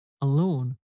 alone